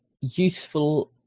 useful